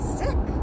sick